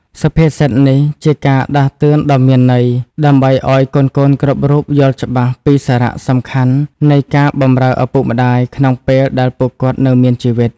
សុភាសិតនេះជាការដាស់តឿនដ៏មានន័យ ដើម្បីឲ្យកូនៗគ្រប់រូបយល់ច្បាស់ពីសារៈសំខាន់នៃការបម្រើឪពុកម្តាយក្នុងពេលដែលពួកគាត់នៅមានជីវិត។